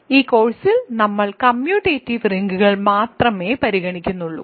ഈ കോഴ്സിൽ നമ്മൾ കമ്മ്യൂട്ടേറ്റീവ് റിങ്ങുകൾ മാത്രമേ പരിഗണിക്കുകയുള്ളൂ